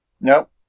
Nope